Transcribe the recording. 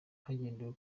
hagendewe